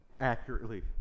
accurately